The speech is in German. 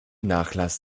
nachlass